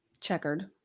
checkered